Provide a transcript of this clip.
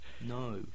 no